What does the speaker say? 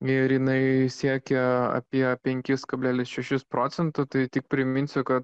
ir jinai siekia apie penkis kablelis šešis procentų tai tik priminsiu kad